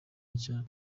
nshya